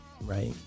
Right